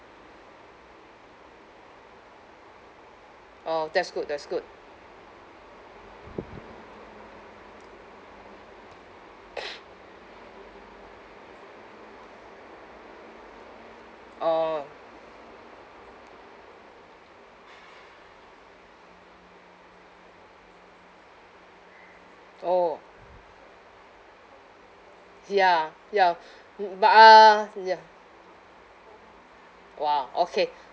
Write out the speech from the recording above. orh that's good that's good orh orh ya ya mm but uh ya !wah! okay